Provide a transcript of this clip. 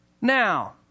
Now